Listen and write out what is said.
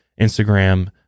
Instagram